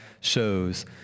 shows